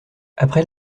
après